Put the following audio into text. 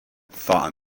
fan